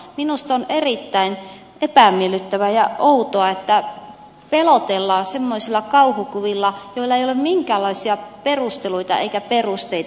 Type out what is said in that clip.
minusta on erittäin epämiellyttävää ja outoa että pelotellaan semmoisilla kauhukuvilla joilla ei ole minkäänlaisia perusteluita eikä perusteita